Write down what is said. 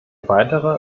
weitere